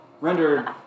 ...rendered